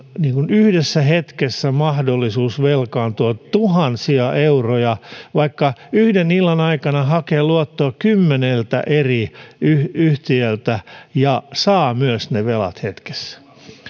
yhdessä hetkessä mahdollisuus velkaantua tuhansia euroja vaikka illan aikana hakea luottoa kymmeneltä eri yhtiöltä ja saa myös ne velat hetkessä